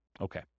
Okay